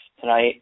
tonight